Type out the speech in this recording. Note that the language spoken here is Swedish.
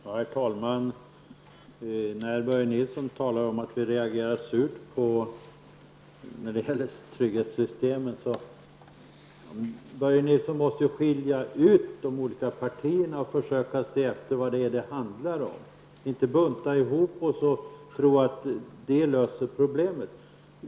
Herr talman! Börje Nilsson talar om att vi reagerar surt när det gäller trygghetssystemen. Jag vill då säga att Börje Nilsson måste skilja mellan de olika partierna och försöka se efter vad det handlar om, inte bunta ihop oss och tro att man därigenom löser problemet.